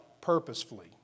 purposefully